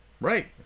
Right